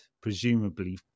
presumably